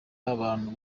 abantu